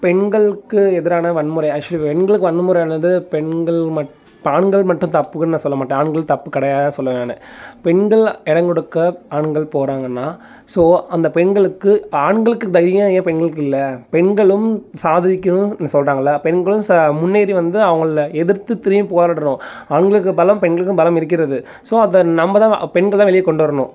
பெண்களுக்கு எதிரான வன்முறை ஆக்சுவலி பெண்களுக்கு வன்முறையானது பெண்கள் மட் ஆண்கள் மட்டும் தப்புகள் நான் சொல்ல மாட்டேன் ஆண்கள் தப்பு கிடையாது சொல்லுவேன் நான் பெண்கள் இடங்கொடுக்க ஆண்கள் போகறாங்கன்னா ஸோ அந்த பெண்களுக்கு ஆண்களுக்கு தைரியம் ஏன் பெண்களுக்கு இல்லை பெண்களும் சாதிக்கணும் சொல்லுறாங்கல்ல பெண்களும் ச முன்னேறி வந்து அவங்கள எதிர்த்து திரும்பி போராடணும் ஆண்களுக்கு பலம் பெண்களுக்கும் பலம் இருக்கிறது ஸோ நம்பதான் பெண்கள்தான் வெளியே கொண்டு வரணும்